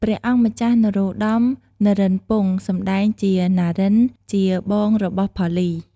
ព្រះអង្គម្ចាស់ នរោត្តម នរិន្ទ្រពង្ស សម្តែងជា ណារិន ជាបងរបស់ផល្លី។